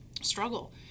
struggle